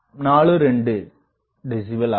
42 decibel ஆகும்